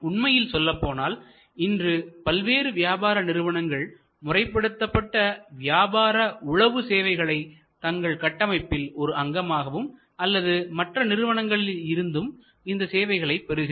உண்மையில் சொல்லப்போனால் இன்று பல்வேறு வியாபார நிறுவனங்கள் முறைப்படுத்தப்பட்ட வியாபார உளவு சேவைகளை தங்கள் கட்டமைப்பில் ஒரு அங்கமாகவும் அல்லது மற்ற நிறுவனங்களில் இருந்தும் இந்த சேவைகளை பெறுகின்றன